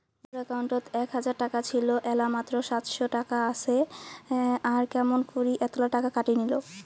মোর একাউন্টত এক হাজার টাকা ছিল এলা মাত্র সাতশত টাকা আসে আর কেমন করি এতলা টাকা কাটি নিল?